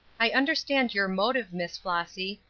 i understand your motive, miss flossy,